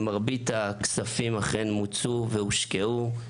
מרבית הכספים אכן מוצו והושקעו.